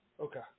Okay